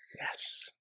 Yes